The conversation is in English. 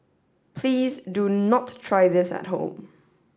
please do not try this at home